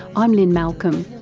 i'm lynne malcolm,